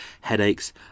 headaches